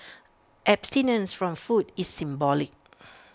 abstinence from food is symbolic